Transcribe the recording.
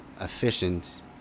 efficient